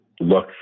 look